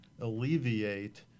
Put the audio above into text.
alleviate